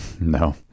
No